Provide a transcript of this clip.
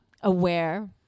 aware